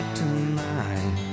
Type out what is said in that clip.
tonight